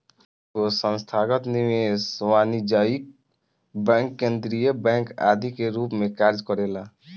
एगो संस्थागत निवेशक वाणिज्यिक बैंक केंद्रीय बैंक आदि के रूप में कार्य करेला